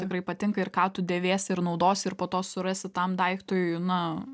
tikrai patinka ir ką tu dėvėsi ir naudosi ir po to surasi tam daiktui na